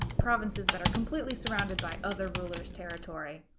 provinces that are completely surrounded by other rulers' territory,